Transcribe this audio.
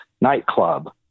nightclub